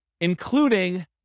including